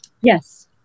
Yes